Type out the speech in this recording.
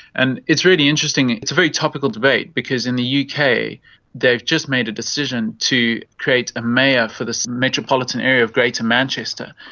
and it's really interesting, it's a very topical debate because in the yeah uk they've just made a decision to create a mayor for this metropolitan area of greater manchester,